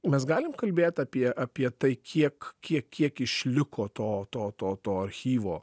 mes galim kalbėt apie apie tai kiek kiek kiek išliko to to to to archyvo